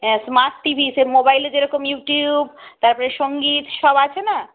হ্যাঁ smart T V সে মোবাইলে যেরকম ইউটিউব তারপরে সঙ্গীত সব আছে না